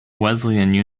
wesleyan